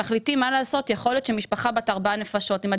יכול להיות שמשפחה בת ארבע נפשות כבר לא